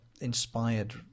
Inspired